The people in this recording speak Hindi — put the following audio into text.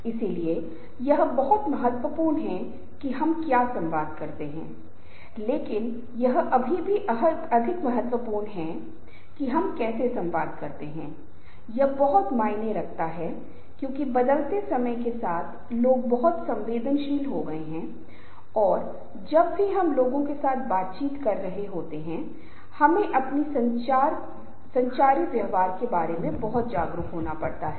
आप जानते हैं कि संघर्ष बहुत स्वाभाविक होते हैं कई बार ऐसा होता है कि लोग संघर्षों को बहुत नकारात्मक तरीके से लेते हैं लेकिन कुछ विद्वान हैं उनका मत है कि संघर्ष सभी हमेशा नकारात्मक नहीं होते हैं इसे बहुत सकारात्मक रास्ता माना जा सकता है क्योंकि संघर्षों के माध्यम से कभी कभी हमें कुछ अच्छे विचार बेहतर विचार और कुछ विचार मिल रहे हैं जो आगे जाने के लिए वास्तव में बहुत सहायक हो सकते हैं